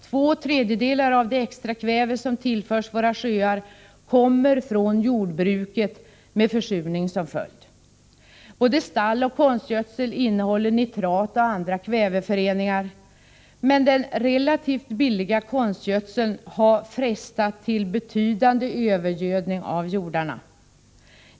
Två tredjedelar av det ”extrakväve” som tillförs våra sjöar-Kommer från jordbruket med försurning som följd. Både stalloch konstgödsel innehåller nitrat och andra kväveföreningar, men den relativt billiga konstgödseln har frestat till betydande övergödning av jordarna.